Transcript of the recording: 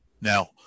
Now